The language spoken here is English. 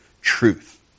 truth